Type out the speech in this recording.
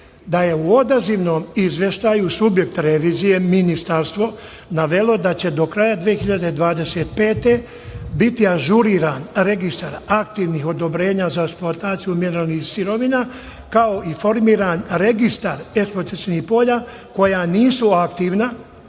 da je u odazivnom izveštaju subjekt revizije ministarstvo navelo da će do kraja 2025. godine biti ažuriran registar aktivnih odobrenja za eksploataciju mineralnih sirovina, kao i formiran registar eksploatacionih polja koja nisu aktivna